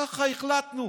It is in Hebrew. ככה החלטנו.